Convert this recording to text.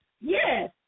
Yes